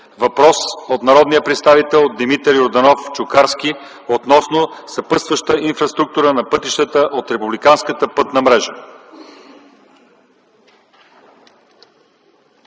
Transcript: Въпрос от народния представител Димитър Йорданов Чукарски относно съпътстваща инфраструктура на пътищата от републиканската пътна мрежа.